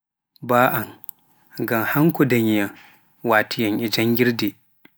baa an ngam hanko ndanyam watiyam e janngirde.